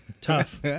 Tough